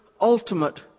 ultimate